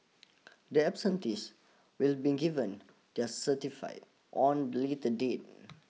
the absentees will been given their certify on be later the date